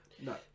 No